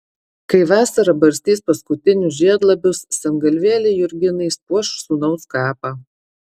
kai vasara barstys paskutinius žiedlapius sengalvėlė jurginais puoš sūnaus kapą